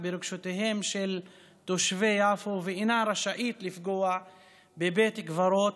ברגשותיהם של תושבי יפו ואינה רשאית לפגוע בבית קברות,